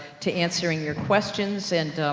to answering your questions and,